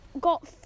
got